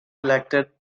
elected